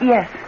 Yes